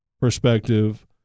perspective